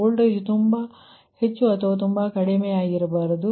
voltage ತುಂಬಾ ಹೆಚ್ಚು ಅಥವಾ ತುಂಬಾ ಕಡಿಮೆಯಾಗಿರಬಾರದು